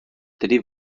tedy